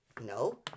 No